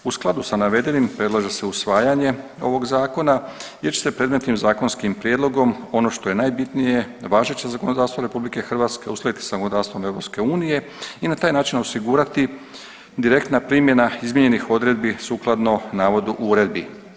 U skladu sa navedenim predlaže se usvajanje ovog zakona, gdje će se predmetnim zakonskim prijedlogom ono što je najbitnije važeće zakonodavstvo RH uskladiti sa zakonodavstvom EU i na taj način osigurati direktna primjena izmijenjenih odredbi sukladno navodu uredbi.